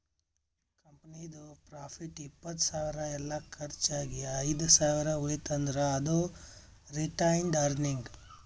ಕಂಪನಿದು ಪ್ರಾಫಿಟ್ ಇಪ್ಪತ್ತ್ ಸಾವಿರ ಎಲ್ಲಾ ಕರ್ಚ್ ಆಗಿ ಐದ್ ಸಾವಿರ ಉಳಿತಂದ್ರ್ ಅದು ರಿಟೈನ್ಡ್ ಅರ್ನಿಂಗ್